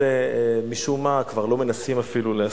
זה משום מה כבר לא מנסים אפילו להסתיר.